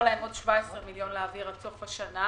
להם עוד 17 מיליון להעביר עד סוף השנה.